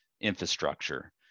infrastructure